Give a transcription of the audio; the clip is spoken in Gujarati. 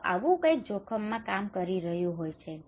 તો આવું કંઈક જોખમમાં કામ કરી રહ્યું હોય છે